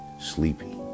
Sleepy